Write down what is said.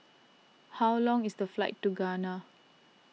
how long is the flight to Ghana